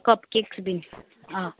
cupcakes बीन आ